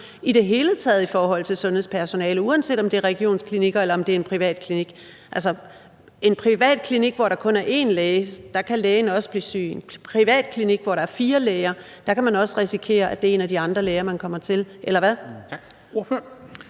i det hele taget i forhold til sundhedspersonalet, uanset om det handler om regionsklinikker, eller om det handler om en privat klinik. Altså, i en privat klinik, hvor der kun er én læge, kan lægen også blive syg; i en privat klinik, hvor der er fire læger, kan man også risikere, at det er en af de andre læger, man kommer til – eller hvad?